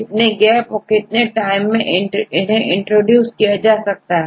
कितने गैप और कितने टाइम मैं इन्हें इंट्रोड्यूस किया जा सकता है